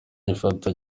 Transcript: ayifata